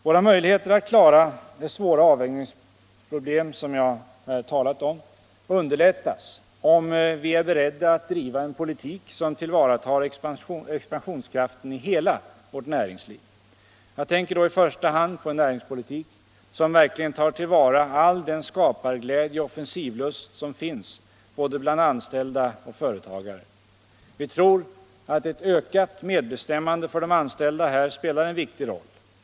Våra möjligheter att klara det svåra avvägningsproblem jag här talat om underlättas om vi är beredda att driva en politik som tillvaratar expansionskraften i hela vårt näringsliv. Jag tänker då i första hand på en näringspolitik som verkligen tar till vara all den skaparglädje och offensivlust som finns både bland anställda och bland företagare. Vi tror att ett ökat medbestämmande för de anställda här spelar en viktig roll.